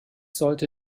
sollte